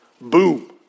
boom